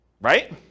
right